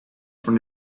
from